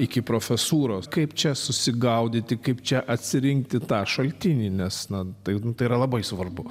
iki profesūros kaip čia susigaudyti kaip čia atsirinkti tą šaltinį nes na tai yra labai svarbu